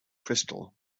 crystal